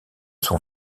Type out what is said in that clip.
son